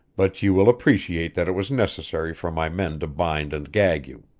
but you will appreciate that it was necessary for my men to bind and gag you.